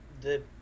the-